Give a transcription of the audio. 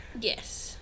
Yes